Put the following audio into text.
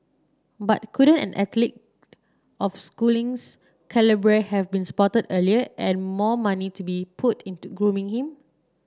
but couldn't an athlete of Schooling's calibre have been spotted earlier and more money to be put into grooming him